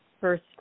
first